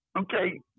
Okay